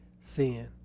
sin